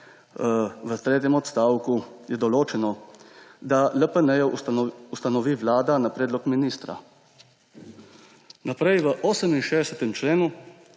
v tretjem odstavku, določeno, da LPN ustanovi vlada na predlog ministra. V 68. členu